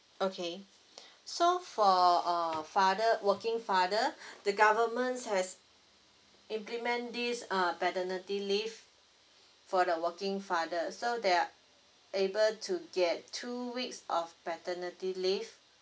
okay so for uh father working father the government has implement this uh paternity leave for the working father so they're able to get two weeks of paternity leave